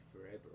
forever